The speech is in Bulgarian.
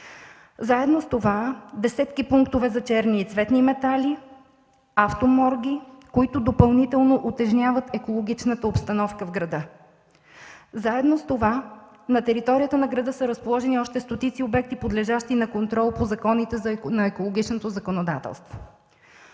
заедно с това десетки пунктове за черни и цветни метали, автоморги, които допълнително утежняват екологичната обстановка в града. Заедно с това на територията на града са разположени още стотици обекти, подлежащи на контрол по законите на екологичното законодателство.